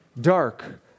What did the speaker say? dark